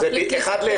זה אחד לאחד.